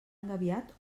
engabiat